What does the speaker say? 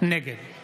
נגד רון כץ, בעד